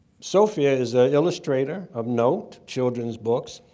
sofia is an illustrator of note, children's books.